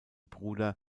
bruder